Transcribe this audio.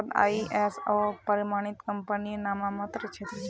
भारतत आई.एस.ओ प्रमाणित कंपनी नाममात्रेर छेक